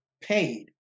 paid